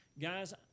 Guys